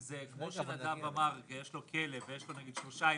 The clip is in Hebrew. כמו שנדב אמר, יש לו כלב ויש לו נגיד שלושה ילדים,